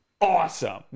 awesome